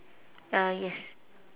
uh yes